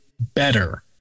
better